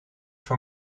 voor